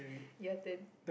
ya then